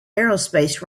aerospace